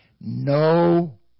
no